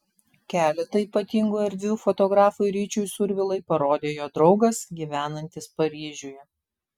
keletą ypatingų erdvių fotografui ryčiui survilai parodė jo draugas gyvenantis paryžiuje